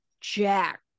jack